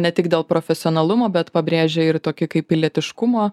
ne tik dėl profesionalumo bet pabrėžė ir tokį kaip ir pilietiškumo